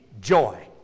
joy